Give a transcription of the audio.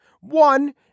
one